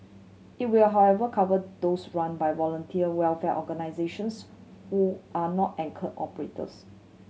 it will however cover those run by voluntary welfare organisations who are not anchor operators